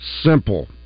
simple